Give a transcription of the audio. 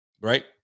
Right